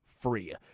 free